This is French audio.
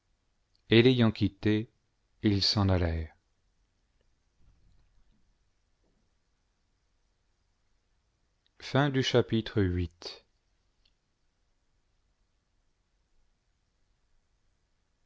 et l'ayant quittée ils s'en allèrent chapitre ix